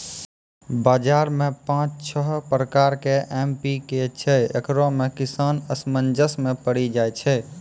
बाजार मे पाँच छह प्रकार के एम.पी.के छैय, इकरो मे किसान असमंजस मे पड़ी जाय छैय?